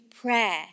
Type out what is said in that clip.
prayer